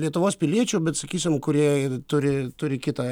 lietuvos piliečių bet sakysim kurie ir turi turi kitą